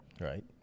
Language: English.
Right